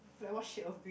like what shade of green